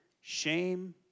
Shame